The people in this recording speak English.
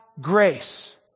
grace